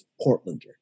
Portlander